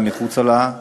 גם מחוץ לה,